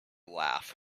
laugh